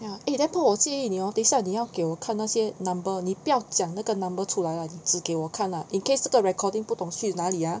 ya eh then 不如我建议你 hor 等下你要给我看那些 number 你不要讲那个 number 出来 lah 你指给我看 lah in case 这个 recording 不懂去哪里 ah